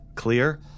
clear